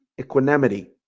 equanimity